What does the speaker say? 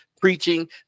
preaching